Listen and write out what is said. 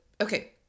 okay